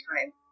time